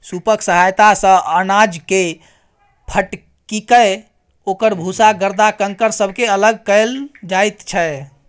सूपक सहायता सँ अनाजकेँ फटकिकए ओकर भूसा गरदा कंकड़ सबके अलग कएल जाइत छै